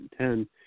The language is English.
2010